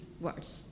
words